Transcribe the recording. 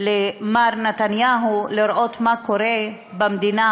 למר נתניהו לראות מה קורה במדינה,